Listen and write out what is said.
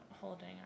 holding